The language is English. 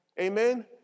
Amen